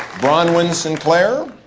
bronwyn sinclair,